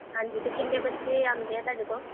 ਹਾਂਜੀ ਅਤੇ ਕਿੰਨੇ ਬੱਚੇ ਆਉਂਦੇ ਹੈ ਤੁਹਾਡੇ ਕੋਲ